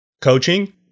Coaching